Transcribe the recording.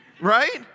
right